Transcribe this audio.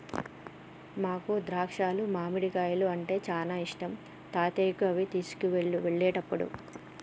నాకు ద్రాక్షాలు మామిడికాయలు అంటే చానా ఇష్టం తాతయ్యకు అవి తీసుకువెళ్ళు వెళ్ళేటప్పుడు